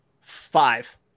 Five